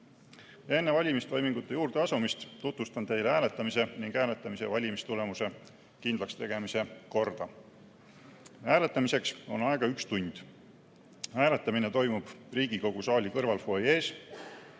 Enne valimistoimingute juurde asumist tutvustan teile hääletamise ning hääletamis‑ ja valimistulemuse kindlakstegemise korda. Hääletamiseks on aega üks tund. Hääletamine toimub Riigikogu saali kõrval fuajees.